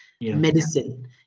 Medicine